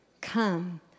come